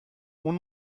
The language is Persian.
اون